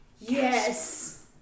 Yes